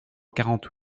quarante